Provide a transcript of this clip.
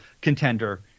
contender